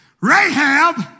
Rahab